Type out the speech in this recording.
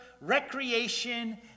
recreation